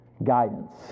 guidance